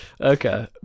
Okay